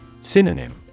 Synonym